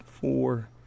Four